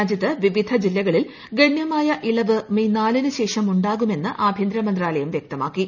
രാജ്യത്ത് വിവിധ ജില്ലകളിൽ ഗണ്യമായ ഇളവ് മേയ് നാലിനുശേഷം ഉണ്ടാകുമെന്ന് ആഭ്യന്തര മന്ത്രാലയം വ്യക്തമാക്കി